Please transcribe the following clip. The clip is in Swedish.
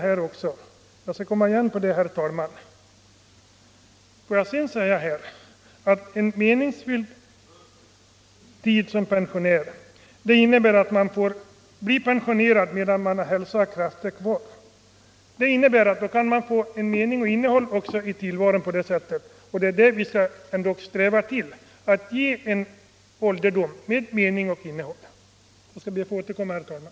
Om tiden som pensionär skall bli meningsfylld måste man pensioneras medan man har hälsa och krafter kvar. Då kan man ge tillvaron mening och innehåll. Och det är vad vi skall sträva efter. Jag skall be att få återkomma, herr talman.